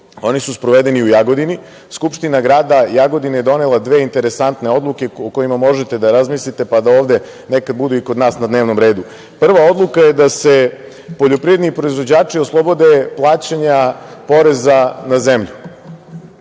Oni su sprovedeni u Jagodini. Skupština grada Jagodine je donela dve interesantne odluke o kojima možete da razmislite, pa da ovde nekad budu i kod nas na dnevnom redu. Prva odluka je da se poljoprivredni proizvođači oslobode plaćanja poreza na zemlju,